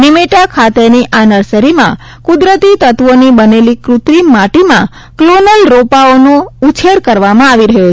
નિમેટા ખાતેની આ નર્સરીમાં કુદરતી તત્વોની બનેલી કૃત્રિમ માટીમાં ક્લોનલ રોપાઓનો ઉછેર કરવામાં આવી રહ્યો છે